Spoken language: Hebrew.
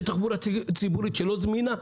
לתחבורה ציבורית שלא זמינה,